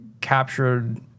captured